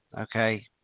okay